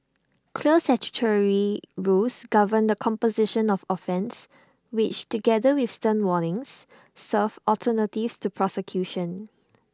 clear statutory rules govern the composition of offences which together with stern warnings serve alternatives to prosecution